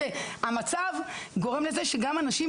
המצב גורם לזה שגם אנשים